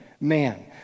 man